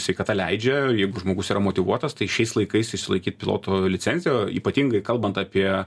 sveikata leidžia jeigu žmogus yra motyvuotas tai šiais laikais išsilaikyt piloto licenciją ypatingai kalbant apie